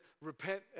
repent